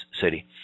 city